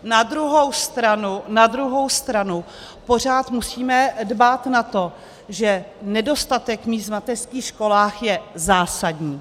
Na druhou stranu, na druhou stranu, pořád musíme dbát na to, že nedostatek míst v mateřských školách je zásadní.